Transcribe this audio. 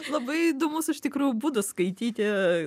labai įdomus iš tikrųjų būdu skaityti